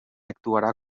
actuarà